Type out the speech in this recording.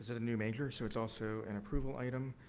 is a new major, so it's also an approval item.